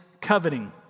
coveting